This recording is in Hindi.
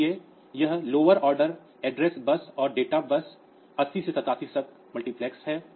इसलिए यह लोअर ऑर्डर एड्रेस बस और डेटा बस 80 से 87 तक मल्टीप्लेक्स है